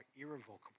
irrevocable